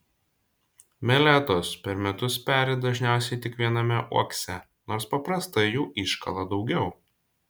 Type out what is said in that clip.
meletos per metus peri dažniausiai tik viename uokse nors paprastai jų iškala daugiau